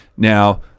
Now